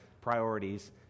priorities